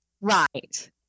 Right